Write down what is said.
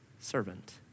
servant